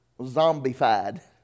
zombified